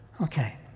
Okay